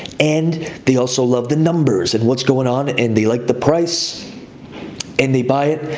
and they also love the numbers and what's going on, and they like the price and they buy it.